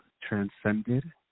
transcended